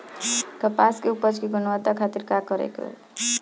कपास के उपज की गुणवत्ता खातिर का करेके होई?